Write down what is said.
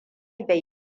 bai